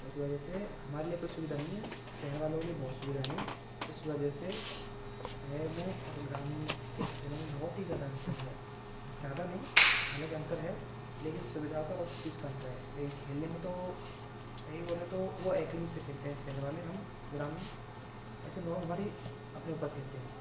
तो उस वजह से हमारे लिए कोई सुविधा नहीं है शहर वालों के लिए बहुत सुविधा हैं इस वजह से शहर में और ग्रामीण के खेलों में बहुत ही ज़्यादा अंतर है ज़्यादा नहीं हालाँकि अंतर है लेकिन सुविधाओं का और उस चीज़ का अंतर है लेकिन खेलने में तो सही बोलें तो वह एकेडमी से खेलते हैं शहर वाले हम ग्रामीण ऐसे नौर्मल हमारी अपने ऊपर खेलते हैं